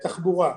לתחבורה,